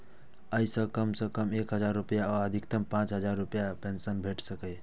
अय मे कम सं कम एक हजार रुपैया आ अधिकतम पांच हजार रुपैयाक पेंशन भेटि सकैए